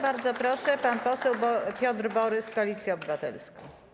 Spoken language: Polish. Bardzo proszę, pan poseł Piotr Borys, Koalicja Obywatelska.